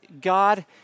God